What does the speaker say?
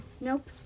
Nope